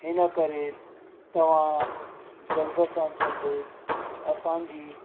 हिन करे तव्हां जल्द सां जल्द असांजी